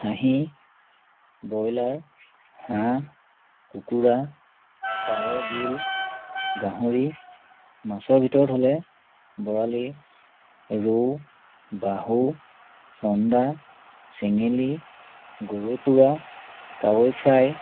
খাহী ব্ৰইলাৰ হাঁহ কুকুৰা পাৰ জোল গাহৰি মাছৰ ভিতৰত হ'লে বৰালি ৰৌ বাহু চন্দা চেঙেলী গৰৈ পোৰা কাৱৈ ফ্ৰাই